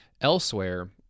elsewhere